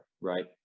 right